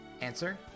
Answer